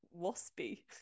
waspy